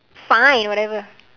fine whatever